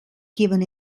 given